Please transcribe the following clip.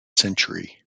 century